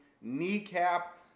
kneecap